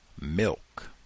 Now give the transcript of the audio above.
milk